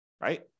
right